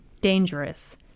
dangerous